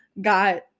got